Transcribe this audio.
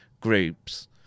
groups